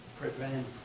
prevent